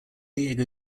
diego